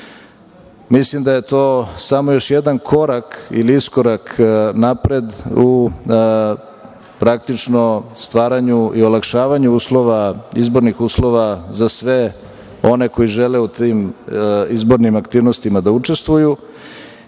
juna. Mislim da je to samo još jedan korak ili iskorak napred u stvaranju i olakšavanju izbornih uslova za sve one koji žele u tim izbornim aktivnostima da učestvuju